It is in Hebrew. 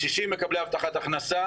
קשישים מקבלי הבטחת הכנסה,